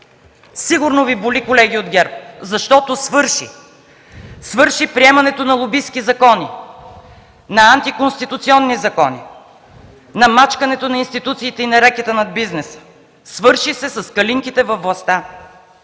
Сигурно Ви боли, колеги от ГЕРБ, защото свърши приемането на лобистки закони, на антиконституционни закони, на мачкането на институциите и на рекета над бизнеса. Свърши се с „Калинките” във властта.